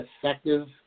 effective